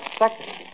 second